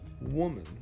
woman